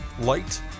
light